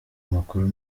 amakuru